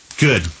Good